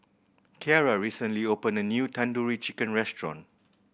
Kierra recently opened a new Tandoori Chicken Restaurant